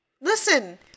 listen